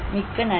மிக்க நன்றி